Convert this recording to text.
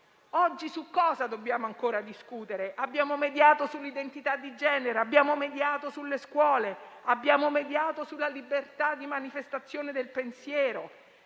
Su cosa dobbiamo ancora discutere oggi? Abbiamo mediato sull'identità di genere; abbiamo mediato sulle scuole; abbiamo mediato sulla libertà di manifestazione del pensiero.